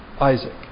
Isaac